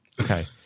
Okay